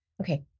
Okay